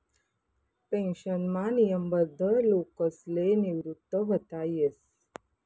पेन्शनमा नियमबद्ध लोकसले निवृत व्हता येस